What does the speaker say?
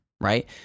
right